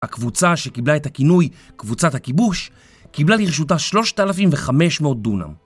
הקבוצה שקיבלה את הכינוי קבוצת הכיבוש קיבלה לרשותה 3,500 דונם